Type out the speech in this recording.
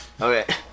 Okay